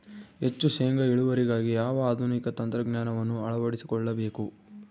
ಹೆಚ್ಚು ಶೇಂಗಾ ಇಳುವರಿಗಾಗಿ ಯಾವ ಆಧುನಿಕ ತಂತ್ರಜ್ಞಾನವನ್ನು ಅಳವಡಿಸಿಕೊಳ್ಳಬೇಕು?